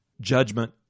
judgment